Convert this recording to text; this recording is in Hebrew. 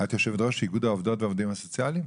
את יושבת-ראש איגוד העובדות והעובדים הסוציאליים?